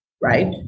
right